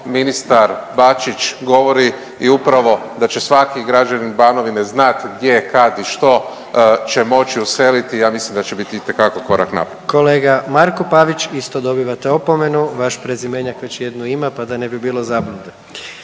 ministar Bačić govori je upravo da će svaki građanin Banovine znat gdje, kad i što će moć useliti i ja mislim da će biti itekako korak naprijed. **Jandroković, Gordan (HDZ)** Kolega Marko Pavić isto dobivate opomenu, vaš prezimenjak već jednu ima pa da ne bi bilo zabune.